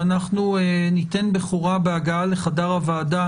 ואנחנו ניתן בכורה בהגעה לחדר הוועדה